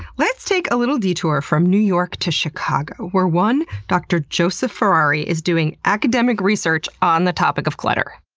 let's take a little detour from new york to chicago, where one dr. joseph ferrari is doing academic research on the topic of clutter.